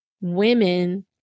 women